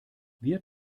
wir